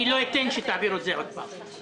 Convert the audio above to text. אני לא אתן שתעביר את זה עוד פעם.